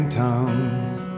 tongues